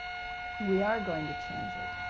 we are going to change it.